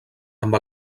amb